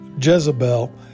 Jezebel